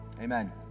Amen